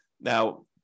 Now